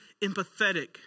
empathetic